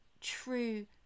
true